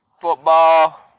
football